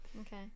okay